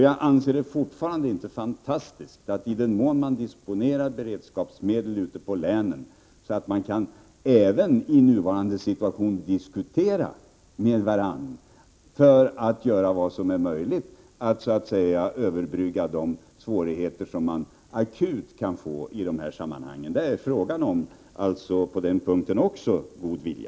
Jag anser det fortfarande inte ”fantastiskt” att man i den mån man disponerar beredskapsmedel ute i länen även i nuvarande situation skall kunna diskutera med varandra för att göra vad som är möjligt, för att överbrygga de svårigheter som akut kan uppstå. Det är också på denna punkt frågan om god vilja.